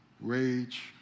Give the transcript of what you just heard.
rage